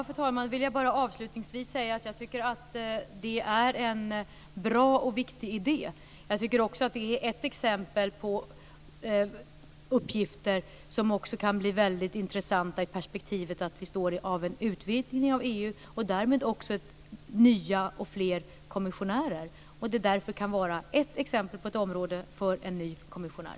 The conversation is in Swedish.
Fru talman! Jag vill bara avslutningsvis säga att jag tycker att det är en bra och viktig idé. Det är ett exempel på uppgifter som kan bli väldigt intressanta i perspektivet att vi står inför en utvidgning av EU och därmed nya och fler kommissionärer. Det kan därför vara ett exempel på ett område för en ny kommissionär.